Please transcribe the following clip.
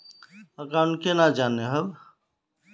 Account केना जाननेहव?